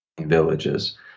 villages